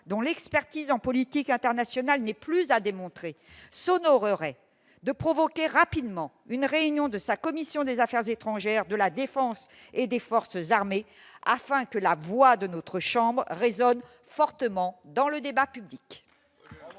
dont l'expertise en politique internationale n'est plus à démontrer, s'honorerait de provoquer rapidement une réunion de sa commission des affaires étrangères de la Défense et des forces armées afin que la voix de notre chambre résonne fortement dans le débat public.